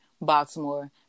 Baltimore